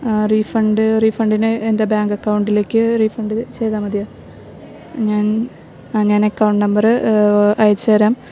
refund റീഫണ്ടിന് എന്താ bank അക്കൗണ്ടിലേക്ക് റീഫണ്ട് ചെയ്താൽ മതിയോ ഞാൻ ആ ഞാനക്കൗണ്ട് നമ്പറ് അയച്ച് തരാം